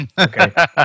Okay